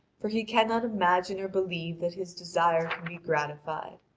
for he cannot imagine or believe that his desire can be gratified.